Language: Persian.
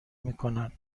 میکنند